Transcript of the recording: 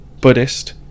Buddhist